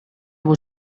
able